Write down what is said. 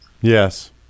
Yes